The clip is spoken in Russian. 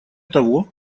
того